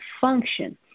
function